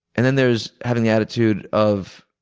and then there's having the attitude of,